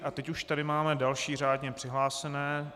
A teď už tady máme další řádně přihlášené.